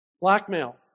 blackmail